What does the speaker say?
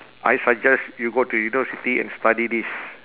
I suggest you go to university and study this